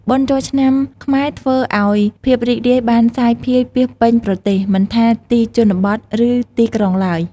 បុណ្យចូលឆ្នាំខ្មែរធ្វើឲ្យភាពរីករាយបានសាយភាយពាសពេញប្រទេស មិនថាទីជនបទ ឬ ទីក្រុងឡើយ។